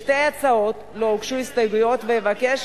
לשתי ההצעות לא הוגשו הסתייגויות ואבקש